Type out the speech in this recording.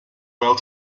well